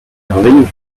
merveilleux